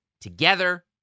together